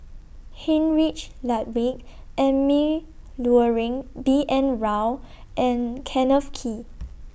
Heinrich Ludwig Emil Luering B N Rao and Kenneth Kee